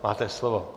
Máte slovo.